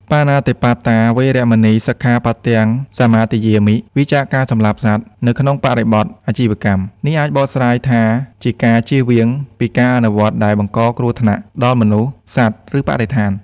បាណាតិបាតា វេរមណី សិក្ខាបទំ សមាទិយាមិ វៀរចាកការសម្លាប់សត្វ នៅក្នុងបរិបទអាជីវកម្ម នេះអាចបកស្រាយថាជាការជៀសវាងពីការអនុវត្តដែលបង្កគ្រោះថ្នាក់ដល់មនុស្ស សត្វ ឬបរិស្ថាន។